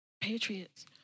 Patriots